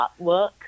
artwork